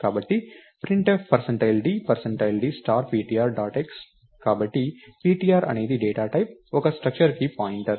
కాబట్టి printf d d star ptr dot x కాబట్టి ptr అనేది డేటా టైప్ ఒక స్ట్రక్చర్కి పాయింటర్